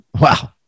Wow